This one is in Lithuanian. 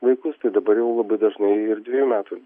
vaikus tai dabar jau labai dažnai ir dvejų metų